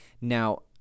Now